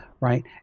right